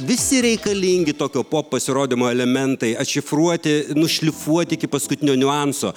visi reikalingi tokio pop pasirodymo elementai atšifruoti nušlifuoti iki paskutinio niuanso